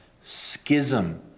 schism